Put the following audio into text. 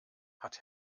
hat